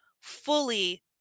fully